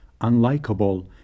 unlikable